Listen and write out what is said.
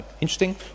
interesting